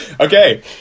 Okay